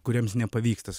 kuriems nepavyksta